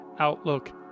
outlook